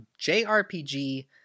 JRPG